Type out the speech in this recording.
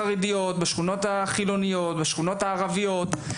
חילוניות וערביות,